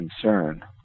concern